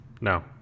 No